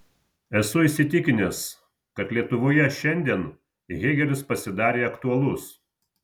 esu įsitikinęs kad lietuvoje šiandien hėgelis pasidarė aktualus